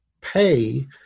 pay